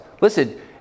Listen